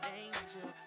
angel